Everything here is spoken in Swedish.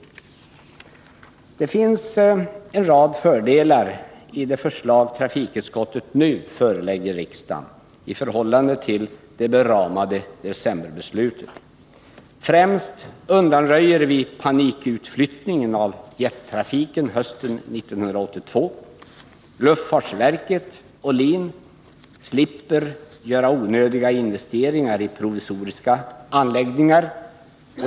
Det finns en rad fördelar i det förslag som trafikutskottet nu förelägger riksdagen i förhållande till decemberbeslutet. Främst undanröjer vi panikutflyttningen av jettrafiken hösten 1982. Luftfartsverket och LIN slipper göra onödiga investeringar i provisoriska anläggningar.